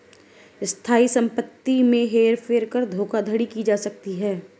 स्थायी संपत्ति में हेर फेर कर धोखाधड़ी की जा सकती है